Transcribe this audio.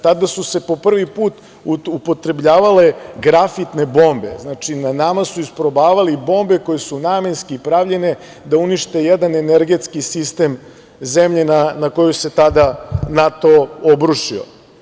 Tada su se po prvi put upotrebljavale grafitne bombe, na nama su isprobavali bombe koje su namenski pravljene da unište jedan energetski sistem zemlje na koju se tada NATO obrušio.